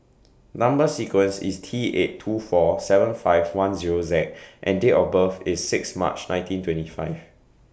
Number sequence IS T eight two four seven five one Zero Z and Date of birth IS six March nineteen twenty five